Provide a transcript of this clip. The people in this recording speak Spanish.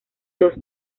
dos